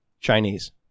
Chinese